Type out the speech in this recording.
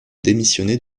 démissionner